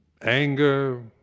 anger